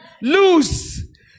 lose